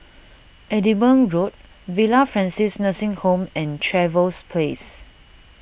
Edinburgh Road Villa Francis Nursing Home and Trevose Place